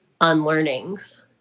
unlearnings